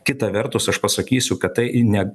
kita vertus aš pasakysiu kad tai ne